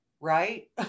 Right